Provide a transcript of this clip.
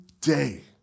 day